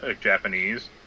Japanese